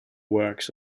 works